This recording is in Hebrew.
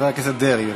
חבר הכנסת דרעי.